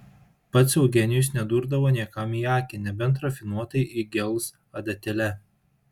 pats eugenijus nedurdavo niekam į akį nebent rafinuotai įgels adatėle